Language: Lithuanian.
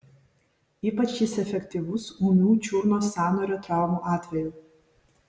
ypač jis efektyvus ūmių čiurnos sąnario traumų atveju